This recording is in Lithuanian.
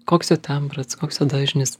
koks jo tembras koks jo dažnis